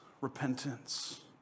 repentance